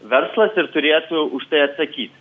verslas ir turėtų už tai atsakyt